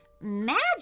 Magic